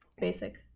Basic